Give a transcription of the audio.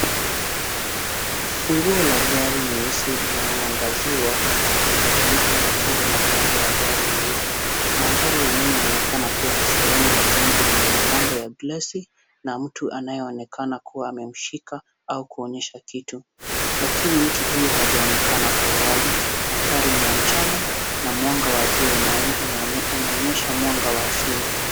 Funguo la gari nyeusi unaoangaziwa, ukiambatanishwa na tundu la mlango wa gari nyeupe. Mandhari ya nyuma inaonekana kuwa ni sehemu ya jengo yenye milango ya gilasi, na mtu anayeonekana kuwa amemshika au kuonyesha kitu. Lakini mtu huyu hajaonekana kwa uwazi. Mandhari ni ya mchana na mwango wa juu unaonyesha mwanga wa asili.